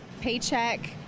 paycheck